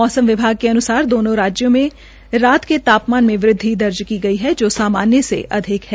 मौसम विभाग के अनुसार दोनो राज्यों में रात के ता मान मे वृद्वि दर्ज की गई है जो सामान्रू से अधिक है